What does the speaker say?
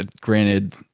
Granted